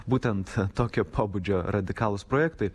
būtent tokio pobūdžio radikalūs projektai